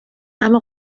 اما